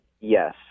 Yes